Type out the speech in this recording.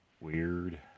Weird